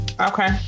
Okay